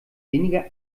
weniger